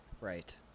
Right